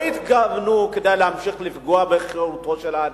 לא התכוונו להמשיך לפגוע בחירותו של האדם.